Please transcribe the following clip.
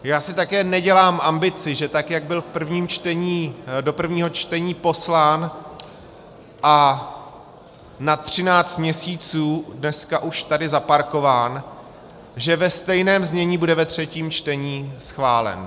Já si také nedělám ambici, že tak jak byl do prvního čtení poslán a na třináct měsíců dneska už je tady zaparkován, že ve stejném znění bude ve třetím čtení schválen.